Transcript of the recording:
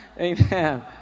Amen